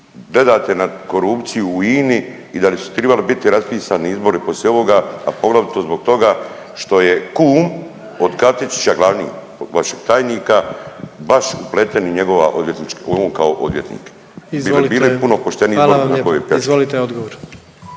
gledate na korupciju u INI i da li bi trebali biti raspisani izbori poslije ovoga, a poglavito zbog toga što je kum od Katičića glavni od vašeg tajnika baš upleten i njegova odvjetnička on kao